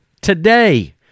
today